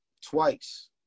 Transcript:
twice